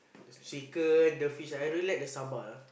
shaker the fish I really like the sambal